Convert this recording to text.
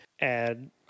add